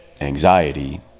anxiety